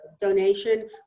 donation